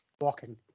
walking